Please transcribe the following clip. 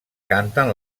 canten